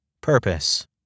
Purpose